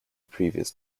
previous